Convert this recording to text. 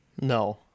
No